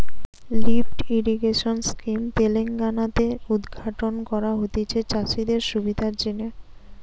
lift irrigation scheme Telangana তে উদ্ঘাটন করা হতিছে চাষিদের সুবিধার জিনে